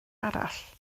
arall